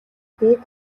дээд